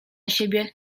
siebie